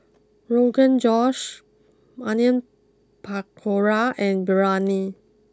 Rogan Josh Onion Pakora and Biryani